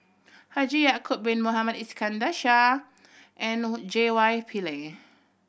Haji Ya'acob Bin Mohamed Iskandar Shah and J Y Pillay